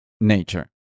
nature